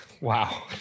Wow